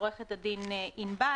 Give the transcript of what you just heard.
עורכת הדין ענבל,